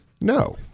No